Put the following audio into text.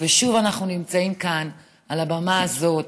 ושוב אנחנו נמצאים כאן על הבמה הזאת,